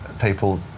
people